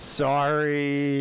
sorry